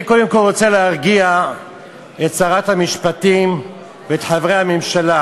אני קודם כול רוצה להרגיע את שרת המשפטים ואת חברי הממשלה